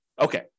Okay